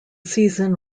season